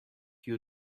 you